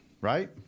right